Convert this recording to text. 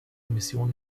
kommission